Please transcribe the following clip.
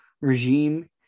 regime